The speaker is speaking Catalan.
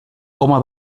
home